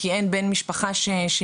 כי אין בן משפחה שילווה,